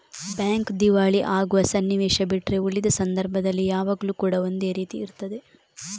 bank ದಿವಾಳಿ ಆಗುವ ಸನ್ನಿವೇಶ ಬಿಟ್ರೆ ಉಳಿದ ಸಂದರ್ಭದಲ್ಲಿ ಯಾವಾಗ್ಲೂ ಕೂಡಾ ಒಂದೇ ರೀತಿ ಇರ್ತದೆ